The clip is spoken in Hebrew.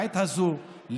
בעת הזאת,